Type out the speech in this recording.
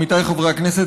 עמיתיי חברי הכנסת,